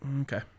Okay